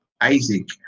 Isaac